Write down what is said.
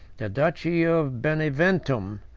the duchy of beneventum,